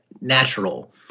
natural